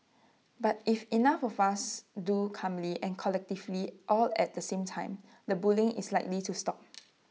but if enough of us do calmly and collectively all at the same time the bullying is likely to stop